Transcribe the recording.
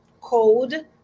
code